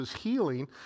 healing